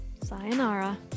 Sayonara